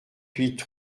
huit